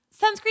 Sunscreen